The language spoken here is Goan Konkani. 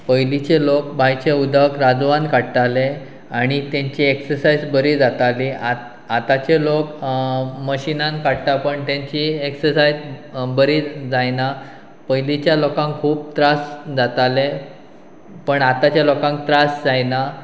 पयलींचे लोक बांयचे उदक राजवान काडटाले आनी तेंची एक्सरसायज बरी जाताली आत आतांचे लोक मशिनान काडटा पण तेंची एक्सरसायज बरी जायना पयलींच्या लोकांक खूब त्रास जाताले पण आतांच्या लोकांक त्रास जायना